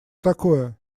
такое